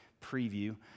preview